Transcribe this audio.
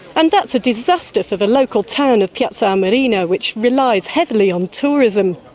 and that's a disaster for the local town of piazza armerina which relies heavily on tourism.